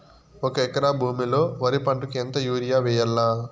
ఒక ఎకరా భూమిలో వరి పంటకు ఎంత యూరియ వేయల్లా?